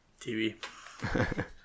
TV